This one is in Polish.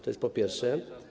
To jest po pierwsze.